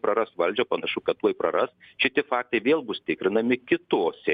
praras valdžią panašu kad tuoj praras šitie faktai vėl bus tikrinami kitose